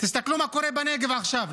תסתכלו מה קורה בנגב עכשיו,